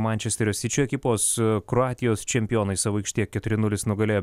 mančesterio sičio ekipos kroatijos čempionai savo aikštėje keturi nulis nugalėjo